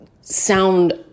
sound